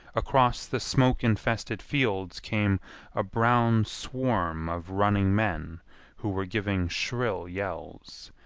across the smoke-infested fields came a brown swarm of running men who were giving shrill yells.